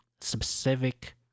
specific